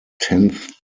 tenth